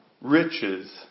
riches